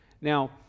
Now